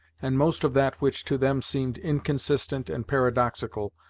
and most of that which to them seemed inconsistent and paradoxical,